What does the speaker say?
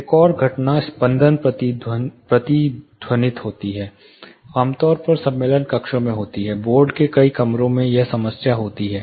एक और घटना स्पंदन प्रतिध्वनित होती है आमतौर पर सम्मेलन कक्षों में होती है बोर्ड के कई कमरों में यह समस्या होती है